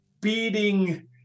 beating